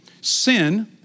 Sin